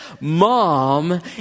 mom